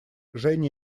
женя